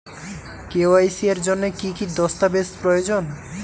KYC এর জন্যে কি কি দস্তাবেজ প্রয়োজন?